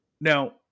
Now